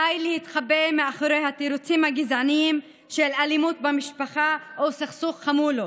די להתחבא מאחורי התירוצים הגזעניים של אלימות במשפחה או סכסוך חמולות.